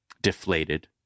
deflated